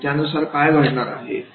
आणि त्यानुसार काय घडणार आहे